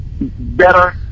better